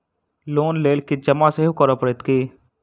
Loan लेल किछ जमा सेहो करै पड़त की?